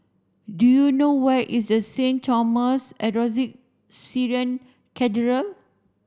do you know where is a Saint Thomas Orthodox Syrian Cathedral